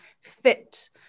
fit